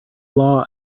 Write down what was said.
law